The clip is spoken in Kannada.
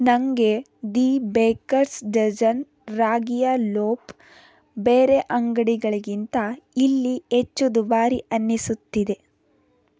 ನನಗೆ ದಿ ಬೇಕರ್ಸ್ ಡಜನ್ ರಾಗಿಯ ಲೋಪ್ ಬೇರೆ ಅಂಗಡಿಗಳಿಗಿಂತ ಇಲ್ಲಿ ಹೆಚ್ಚು ದುಬಾರಿ ಅನ್ನಿಸುತ್ತಿದೆ